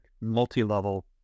multi-level